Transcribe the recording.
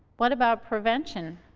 what about prevention?